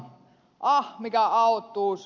ah mikä autuus